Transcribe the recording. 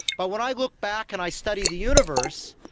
but when i look back and i study the universe,